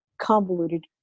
convoluted